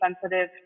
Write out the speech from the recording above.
sensitive